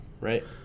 right